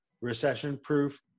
recession-proof